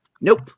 nope